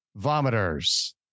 Vomiters